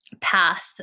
path